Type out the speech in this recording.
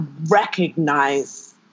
recognize